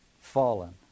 fallen